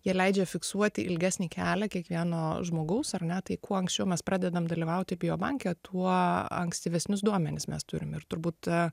jie leidžia fiksuoti ilgesnį kelią kiekvieno žmogaus ar ne tai kuo anksčiau mes pradedam dalyvauti biobanke tuo ankstyvesnius duomenis mes turim ir turbūt